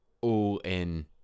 all-in